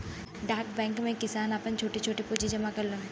डाक बैंक में किसान आपन छोट छोट पूंजी जमा करलन